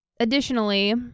Additionally